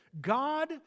God